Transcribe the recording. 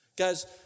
Guys